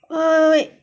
wait wait wait